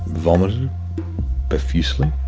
vomited profusely,